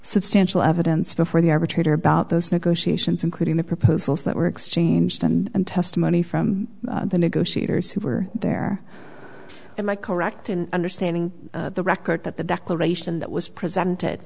substantial evidence before the arbitrator about those negotiations including the proposals that were exchanged and testimony from the negotiators who were there am i correct in understanding the record that the declaration that was presented